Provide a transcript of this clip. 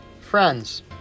Friends